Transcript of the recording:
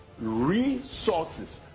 resources